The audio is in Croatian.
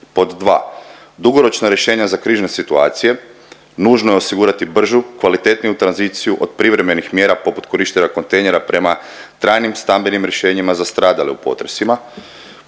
Pod dva, dugoročna rješenja za krizne situacije, nužno je osigurati bržu i kvalitetniju tranziciju od privremenih mjera poput korištenja kontejnera prema trajnim stambenim rješenjima za stradale u potresima.